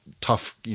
tough